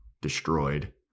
destroyed